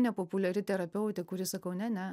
nepopuliari terapeutė kuri sakau ne ne